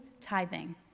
tithing